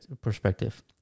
perspective